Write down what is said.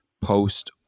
post